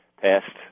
Past